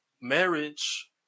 marriage